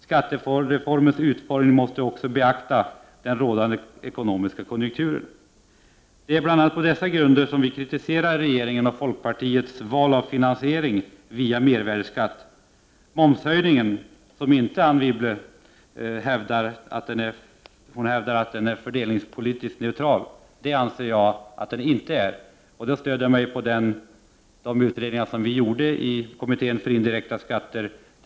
Skattereformens utformning måste också beakta den rådande ekonomiska konjunkturen. Det är bl.a. på dessa grunder som vi kritiserar regeringens och folkpartiets val av finansiering via mervärdeskatt. Anne Wibble hävdar att momshöjningen är delningspolitiskt neutral. Det anser jag att den inte är. Jag stöder mig på de utredningar som vi gjorde i kommittén för indirekta skatter.